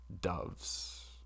doves